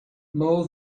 mow